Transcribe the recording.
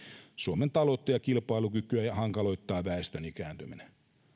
suomen taloutta ja kilpailukykyä hankaloittaa väestön ikääntyminen